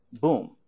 boom